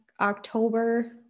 October